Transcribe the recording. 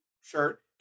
shirt